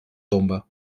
tomba